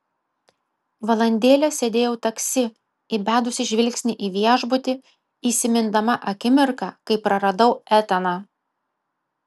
valandėlę sėdėjau taksi įbedusi žvilgsnį į viešbutį įsimindama akimirką kai praradau etaną